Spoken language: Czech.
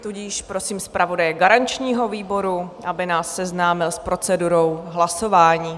Tudíž prosím zpravodaje garančního výboru, aby nás seznámil s procedurou hlasování.